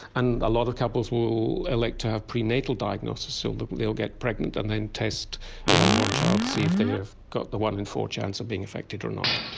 and a lot of couples will elect to have prenatal diagnosis, so they will get pregnant and then test the unborn child to see if they have got the one in four chance of being affected or not.